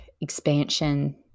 expansion